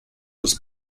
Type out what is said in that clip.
was